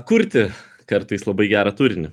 kurti kartais labai gerą turinį